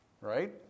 right